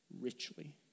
richly